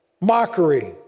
mockery